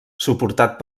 suportat